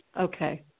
Okay